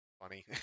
funny